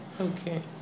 Okay